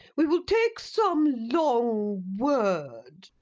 we will take some long word.